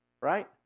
right